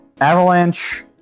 Avalanche